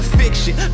fiction